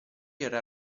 era